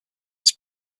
its